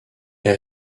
est